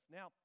Now